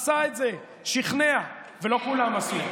הוא עשה את זה, שכנע, ולא כולם עשו.